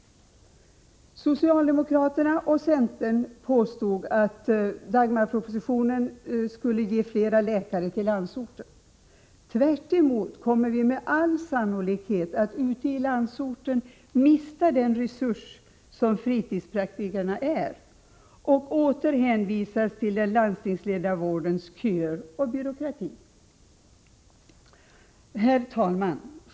Socialdemokraterna och centern påstår att Dagmarpropositionen skall ge flera läkare till landsorten. Tvärtom kommer vi med all sannolikhet att ute i landsorten mista den resurs som fritidspraktikerna är och åter hänvisas till den landstingsledda vårdens köer och byråkrati. Herr talman!